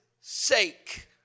sake